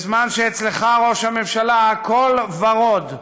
בזמן שאצלך, ראש הממשלה, הכול ורוד,